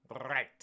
Right